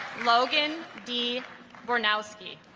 logan d for now ski